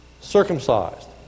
circumcised